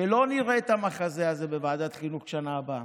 שלא נראה את המחזה הזה בוועדת החינוך בשנה הבאה.